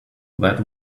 that